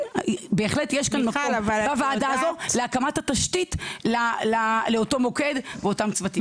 בהחלט יש כאן מקום בוועדה הזאת להקמת התשתית לאותו מוקד ואותם צוותים.